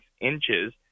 inches